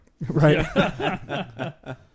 Right